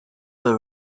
were